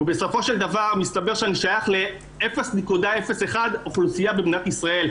בסופו של דבר מסתבר שאני שייך ל-0.01% מן האוכלוסייה במדינת ישראל,